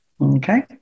Okay